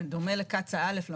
בדומה לקצא"א א',